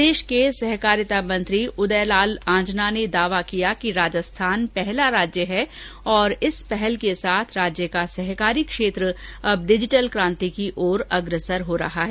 प्रदेश के सहकारिता मंत्री उदय लाल आंजना ने दावा किया कि राजस्थान पहला राज्य है और इस पहल के साथ राज्य का सहकारी क्षेत्र अब डिजीटल क्रांति की ओर अग्रसर हो रहा है